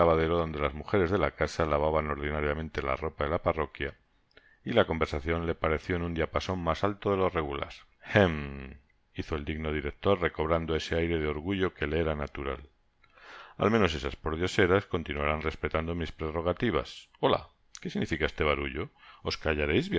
las mujeres de la casa lavaban ordinariamente la ropa de la parroquia y la conversacion le pareció en un diapason mas alto de lo regular hem hizo el digno director recobrando ese aire de orgullo que le era natural al menos esas pordioseras continuarán respetando mis prerrogativas ola qué significa este barullo os callaréis